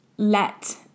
let